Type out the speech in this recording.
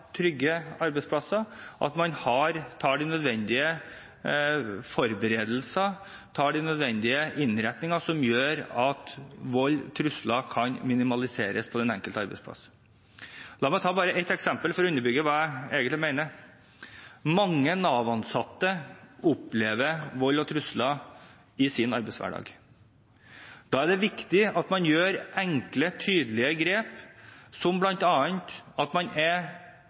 trygge arbeidsplasser, at man gjør de nødvendige forberedelser og har de nødvendige innretningene som gjør at vold og trusler kan minimaliseres på den enkelte arbeidsplass. La meg ta et eksempel for å underbygge hva jeg egentlig mener: Mange Nav-ansatte opplever vold og trusler i sin arbeidshverdag. Da er det viktig at man gjør enkle, tydelige grep, som bl.a. at man er